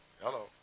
Hello